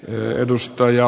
arvoisa puhemies